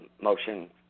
motion